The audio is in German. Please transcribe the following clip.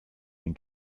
den